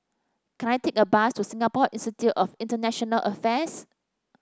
can I take a bus to Singapore Institute of International Affairs